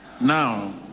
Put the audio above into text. Now